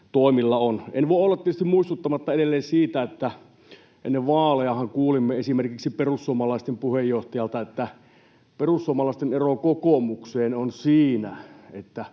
En voi olla tietysti muistuttamatta edelleen siitä, että ennen vaalejahan kuulimme esimerkiksi perussuomalaisten puheenjohtajalta, että perussuomalaisten ero kokoomukseen on siinä, että